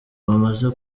bamaze